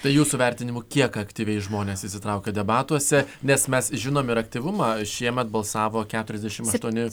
tai jūsų vertinimu kiek aktyviai žmonės įsitraukia debatuose nes mes žinome ir aktyvumą šiemet balsavo keturiasdešimt aštuoni